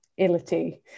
illity